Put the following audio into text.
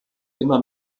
immer